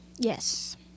yes